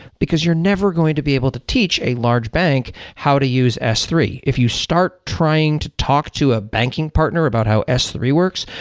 because you're never going to be able to teach a large bank how to use s three. if you start trying to talk to a banking partner about how s three works,